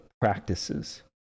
practices